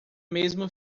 mesmo